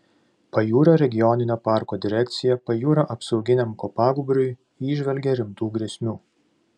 pajūrio regioninio parko direkcija pajūrio apsauginiam kopagūbriui įžvelgia rimtų grėsmių